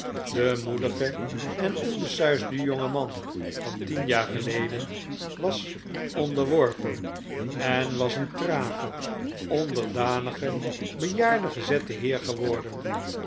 de moedige en onbesuisde jonge man van tien jaar geleden was onderworpen en was een trage onderdanige bejaarde gezette heer geworden